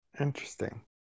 Interesting